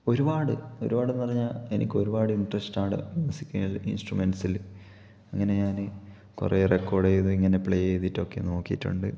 ഒരുപാട് ഒരുപാടെന്ന് പറഞ്ഞാൽ എനിക്കൊരുപാട് ഇന്ട്രസ്റ്റോടെ മ്യൂസിക്കല് ഇന്സ്ട്രമെന്റ്സില് അങ്ങനെ ഞാന് കുറെ റെക്കോര്ഡ് ചെയ്ത് ഇങ്ങനെ പ്ലേ ചെയ്തിട്ടൊക്കെ നോക്കിട്ടുണ്ട്